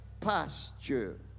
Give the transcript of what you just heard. pasture